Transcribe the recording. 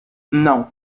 non